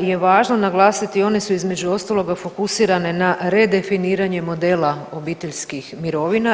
je važno naglasiti one su između ostaloga fokusirane na redefiniranje modela obiteljskih mirovina.